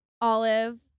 Olive